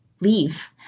leave